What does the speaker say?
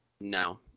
no